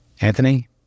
anthony